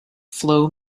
flow